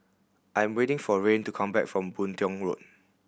I'm waiting for Rayne to come back from Boon Tiong Road